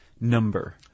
number